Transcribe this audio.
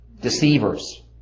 deceivers